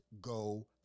go